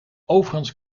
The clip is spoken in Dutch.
overigens